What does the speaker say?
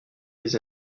des